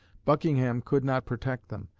buckingham could not protect them,